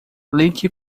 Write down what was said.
ligue